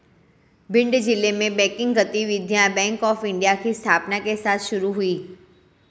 भिंड जिले में बैंकिंग गतिविधियां बैंक ऑफ़ इंडिया की स्थापना के साथ शुरू हुई